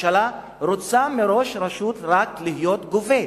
הממשלה רוצה מראש רשות רק להיות גובה,